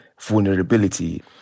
vulnerability